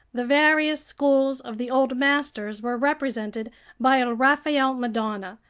the various schools of the old masters were represented by a raphael madonna,